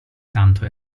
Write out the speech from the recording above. tanto